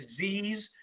disease